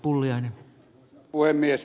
arvoisa puhemies